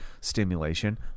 stimulation